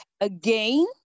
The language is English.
again